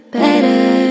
better